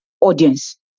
audience